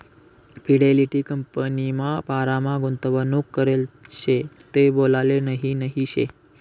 Fidelity कंपनीमा बारामा गुंतवणूक करेल शे ते बोलाले नही नही शे